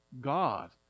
God